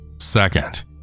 Second